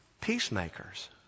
peacemakers